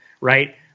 Right